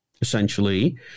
essentially